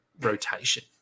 rotation